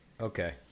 Okay